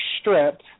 strip